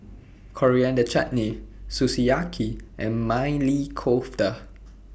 Coriander Chutney Sukiyaki and Maili Kofta